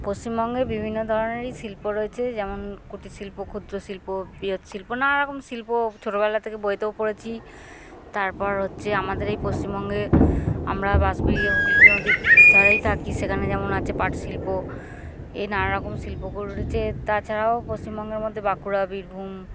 পশ্চিমবঙ্গে বিভিন্ন ধরনেরই শিল্প রয়েছে যেমন কুটির শিল্প ক্ষুদ্র শিল্প বৃহৎ শিল্প নানারকম শিল্প ছোটবেলা থেকে বইতেও পড়েছি তারপর হচ্ছে আমাদের এই পশ্চিমবঙ্গে আমরা বাঁশবেড়িয়া হুগলি নদীর ধারেই থাকি সেখানে যেমন আছে পাট শিল্প এই নানারকম শিল্প গড়ে উঠেছে তাছাড়াও পশ্চিমবঙ্গের মধ্যে বাঁকুড়া বীরভূম